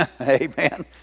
Amen